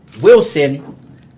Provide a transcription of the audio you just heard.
Wilson